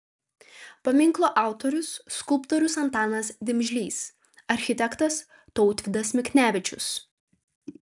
paminklo autorius skulptorius antanas dimžlys architektas tautvydas miknevičius